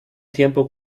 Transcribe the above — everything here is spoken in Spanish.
tiempo